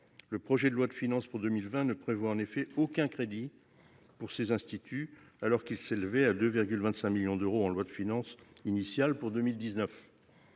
Le projet de loi de finances pour 2020 ne prévoit en effet aucun crédit pour ces instituts, alors que 2,25 millions d'euros étaient inscrits en loi de finances initiale pour 2019.